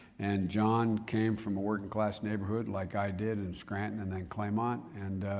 and john came from a working class neighborhood like i did in scranton and then claymont and,